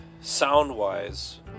sound-wise